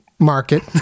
Market